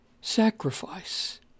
sacrifice